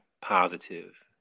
positive